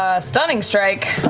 ah stunning strike.